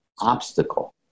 obstacle